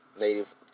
Native